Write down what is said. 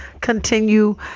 continue